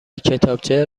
کتابچه